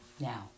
Now